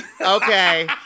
Okay